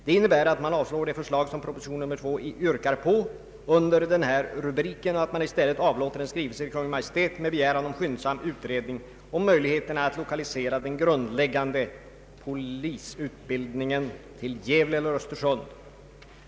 Det innebär att man avstyrker förslaget i proposition 2 under denna rubrik och att man i stället begär att riksdagen skall avlåta en skrivelse till Kungl. Maj:t med hemställan om skyndsam utredning av möjligheterna att lokalisera den grundläggande polisutbildningen till Gävle eller Östersund.